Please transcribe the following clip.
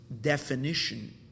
definition